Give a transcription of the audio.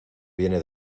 viene